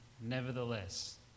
Nevertheless